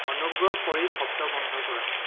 অনুগ্ৰহ কৰি শব্দ বন্ধ কৰা